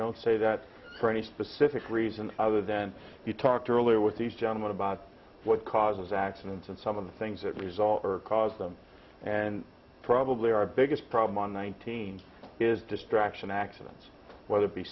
don't say that for any specific reason other than you talked earlier with these john what about what causes accidents and some of the things that result caused them and probably our biggest problem on one team is distraction accidents whether it be